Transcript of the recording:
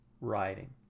writing